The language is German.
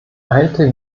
alte